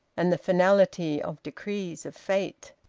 and the finality of decrees of fate.